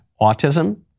autism